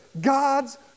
God's